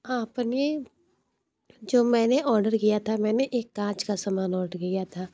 आपने जो मैंने ऑर्डर किया था मैंने एक काँच का सामान ऑर्डर किया था